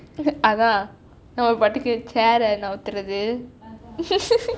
அதான் நம்ம:athaan namma particular chair eh நகர்த்துவது:nakarthuvathu